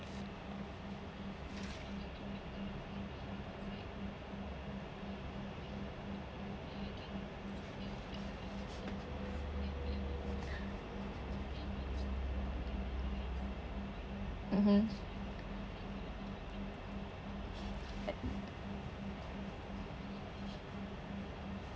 mmhmm